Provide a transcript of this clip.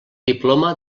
diploma